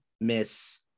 miss